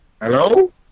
Hello